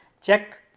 check